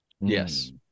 Yes